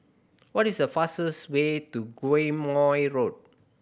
what is the fastest way to Quemoy Road